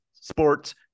sports